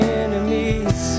enemies